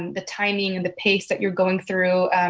um the timing, the pace that you are going through,